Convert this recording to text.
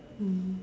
mm